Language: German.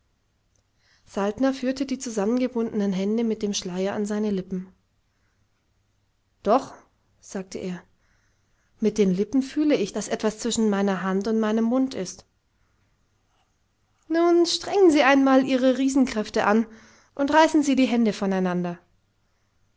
führte die zusammengebundenen hände mit dem schleier an seine lippen doch sagte er mit den lippen fühle ich daß etwas zwischen meiner hand und meinem mund ist nun strengen sie einmal ihre riesenkräfte an und reißen sie die hände voneinander